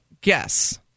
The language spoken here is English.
guess